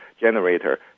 generator